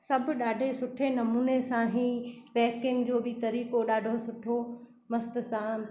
सब ॾाढे सुठे नमूने सां ई पैकिंग जो बि तरीक़ो ॾाढो सुठो मस्त सां